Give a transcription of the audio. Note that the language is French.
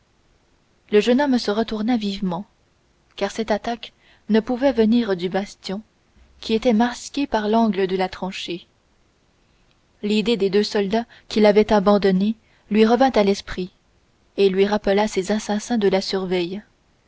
le jeune homme se retourna vivement car cette attaque ne pouvait venir du bastion qui était masqué par l'angle de la tranchée l'idée des deux soldats qui l'avaient abandonné lui revint à l'esprit et lui rappela ses assassins de la surveille